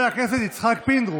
חבר הכנסת יצחק פינדרוס.